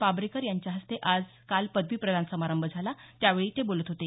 पाब्रेकर यांच्या हस्ते आज पदवी प्रदान समारंभ झाला त्यावेळी ते बोलत होते